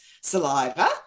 saliva